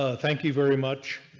ah thank you very much.